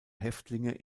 häftlinge